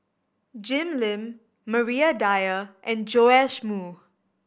Jim Lim Maria Dyer and Joash Moo